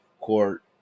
court